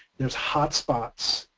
there's hot spots,